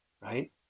right